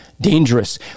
dangerous